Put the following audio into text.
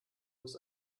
muss